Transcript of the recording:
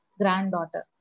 granddaughter